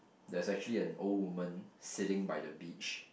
there's actually an old woman sitting by the beach